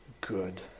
good